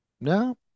No